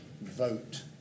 vote